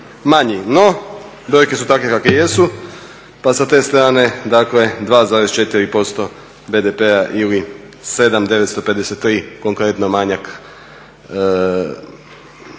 No brojke su takve kakve jesu pa sa te strane dakle 2,4% BDP-a ili 7,953 konkretno manjak